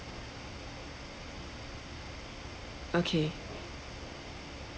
okay